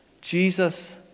Jesus